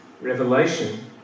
Revelation